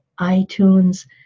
iTunes